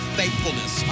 faithfulness